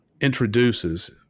introduces